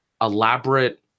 elaborate